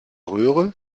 röhre